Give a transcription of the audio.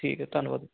ਠੀਕ ਹੈ ਧੰਨਵਾਦ